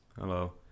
hello